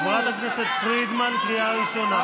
חברת הכנסת פרידמן, קריאה ראשונה.